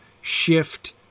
shift